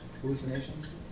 Hallucinations